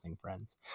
friends